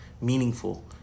meaningful